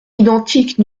identiques